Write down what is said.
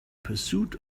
pursuit